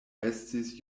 estis